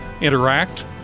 interact